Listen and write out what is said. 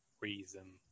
reason